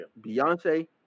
Beyonce